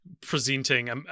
presenting